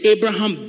Abraham